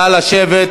נא לשבת,